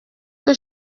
que